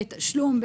תשלום,